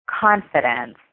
confidence